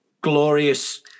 glorious